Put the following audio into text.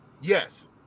Yes